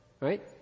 Right